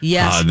Yes